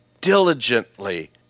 diligently